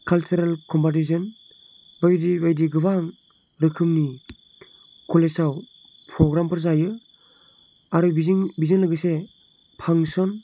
cultural competition बायदि बायदि गोबां रोखोमनि कलेजाव पग्रामफोर जायो आरो बेजों लोगोसे फांस'न